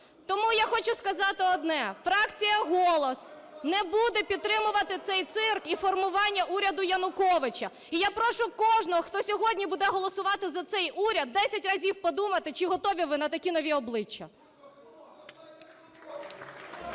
Тому я хочу сказати одне, фракція "Голос" не буде підтримувати цей цирк і формування уряду Януковича. І я прошу кожного, хто сьогодні буде голосувати за цей уряд, десять разів подумайте, чи готові ви на такі нові обличчя.